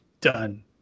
Done